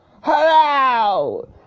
Hello